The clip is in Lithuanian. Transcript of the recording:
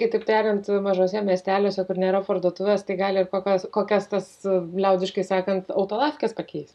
kitaip tariant mažuose miesteliuose kur nėra parduotuvės tai gali ir kokios kokias tas liaudiškai sakant autolavkes pakeis